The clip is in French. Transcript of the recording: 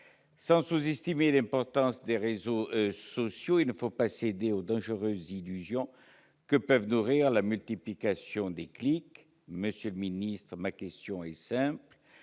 Sans sous-estimer l'importance des réseaux sociaux, il ne faut pas céder aux dangereuses illusions que peut nourrir la multiplication des clics. Monsieur le secrétaire